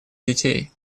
детей